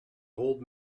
old